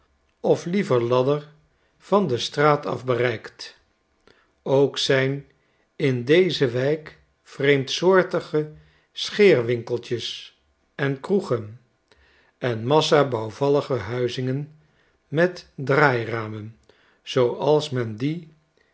of liever ladder van de straat af bereikt ook zijnindezewijkvreemdsoortigescheerwinkeltjes en kroegen en massa bouwvallige huizingen met draairamen zooals men die